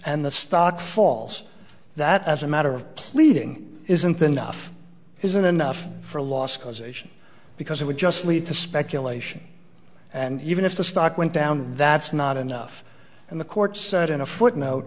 and the stock falls that as a matter of pleading isn't enough isn't enough for a loss causation because it would just lead to speculation and even if the stock went down that's not enough and the court said in a footnote